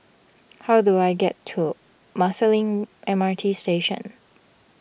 how do I get to Marsiling M R T Station